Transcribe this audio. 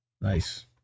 Nice